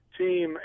team